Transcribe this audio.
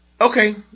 Okay